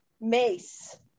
Mace